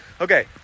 Okay